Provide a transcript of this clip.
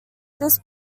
this